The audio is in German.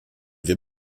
wir